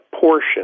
portion